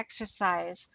exercise